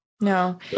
No